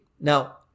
now